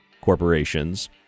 corporations